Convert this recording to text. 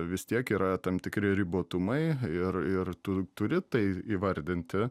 vis tiek yra tam tikri ribotumai ir ir tu turi tai įvardinti